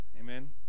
amen